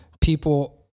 people